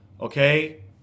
okay